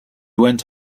went